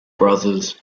brothers